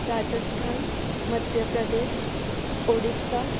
Rajasthan Madhya Pradesh Odisha